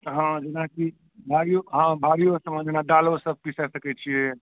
हँ जेनाकि भारियो समान जेना दालो सब पीसै सकै छियै